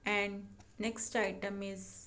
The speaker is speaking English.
and next item is